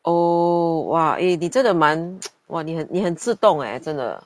oh !wah! eh 你真的蛮哇你很你很自动 eh 真的